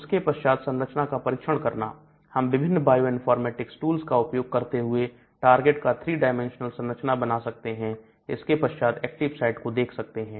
उसके पश्चात संरचना का परीक्षण करना हम विभिन्न बायोइनफॉर्मेटिक्स टूल्स का उपयोग करते हुए टारगेट का 3 dimesional संरचना बना सकते हैं इसके पश्चात एक्टिव साइट को देख सकते हैं